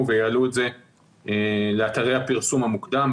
ויעלו את זה לאתרי הפרסום המוקדם,